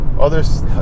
others